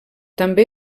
també